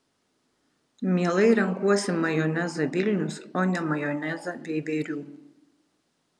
mielai renkuosi majonezą vilnius o ne majonezą veiverių